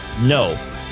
no